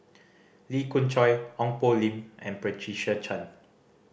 Lee Khoon Choy Ong Poh Lim and Patricia Chan